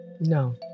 No